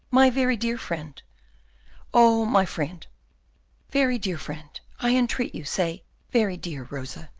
my very dear friend oh, my friend very dear friend, i entreat you, say very dear rosa,